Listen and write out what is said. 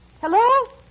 Hello